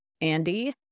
Andy